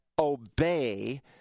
obey